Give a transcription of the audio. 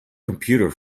computer